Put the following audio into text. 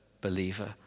believer